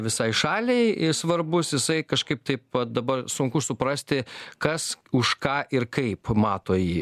visai šaliai svarbus jisai kažkaip taip pat va dabar sunku suprasti kas už ką ir kaip mato jį